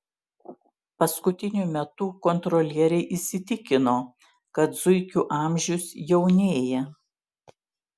paskutiniu metu kontrolieriai įsitikino kad zuikių amžius jaunėja